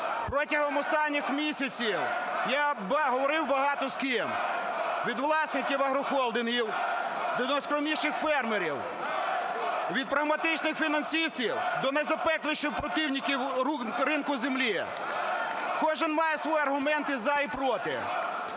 Протягом останніх місяців я говорив багато з ким: від власників агрохолдингів, до найскромніших фермерів, від прагматичних фінансистів, до найзапекліших противників ринку землі – кожен має свій аргумент і за, і проти,